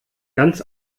ganz